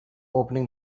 opening